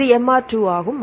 இது MR2 ஆகும்